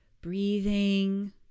breathing